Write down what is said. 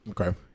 Okay